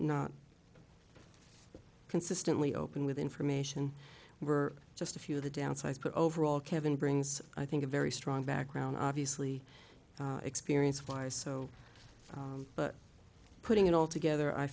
not consistently open with information were just a few of the downsides but overall kevin brings i think a very strong background obviously experience flies so but putting it all together i